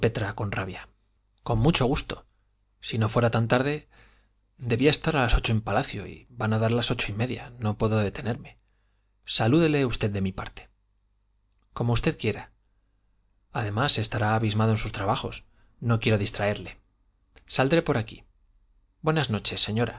con rabia con mucho gusto si no fuera tan tarde debía estar a las ocho en palacio y van a dar las ocho y media no puedo detenerme salúdele usted de mi parte como usted quiera además estará abismado en sus trabajos no quiero distraerle saldré por aquí buenas noches señora